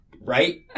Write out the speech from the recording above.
Right